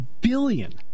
billion